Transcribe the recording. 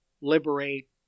liberate